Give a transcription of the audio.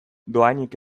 dohainik